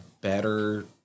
better